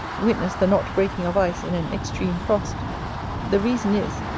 witness the not breaking of ice in an extreme frost the reason is,